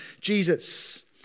Jesus